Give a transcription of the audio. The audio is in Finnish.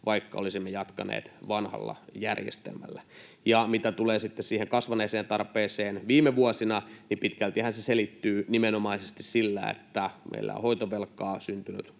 vaikka olisimme jatkaneet vanhalla järjestelmällä. Mitä tulee sitten siihen kasvaneeseen tarpeeseen viime vuosina, pitkältihän se selittyy nimenomaisesti sillä, että meillä on hoitovelkaa syntynyt